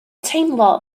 teimlo